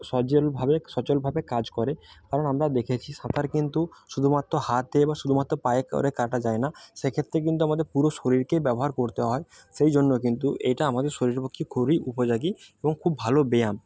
সজলভাবে সচলভাবে কাজ করে কারণ আমরা দেখেছি সাঁতার কিন্তু শুধুমাত্র হাতে বা শুধুমাত্র পায়ে করে কাটা যায় না সেক্ষেত্রে কিন্তু আমাদের পুরো শরীরকেই ব্যবহার করতে হয় সেই জন্য কিন্তু এইটা আমাদের শরীরের পক্ষে খুবই উপযোগী এবং খুব ভালো ব্যায়াম